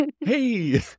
Hey